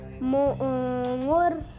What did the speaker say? more